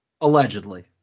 Allegedly